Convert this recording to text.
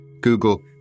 Google